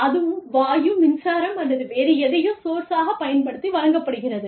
அதுவும் வாயு மின்சாரம் அல்லது வேறு எதையோ சோர்ஸ்சாக பயன்படுத்தி வழங்கப்படுகிறது